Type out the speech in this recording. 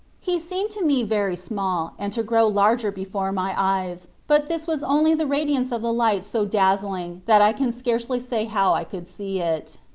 he seemed to me very small, and to grow larger before my eyes but this was only the radiance of a light so dazzling that i can scarcely say how i could see it.